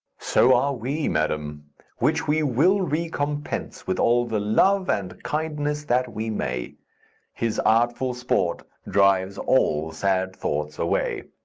so are we, madam which we will recompense with all the love and kindness that we may his artful sport drives all sad thoughts away.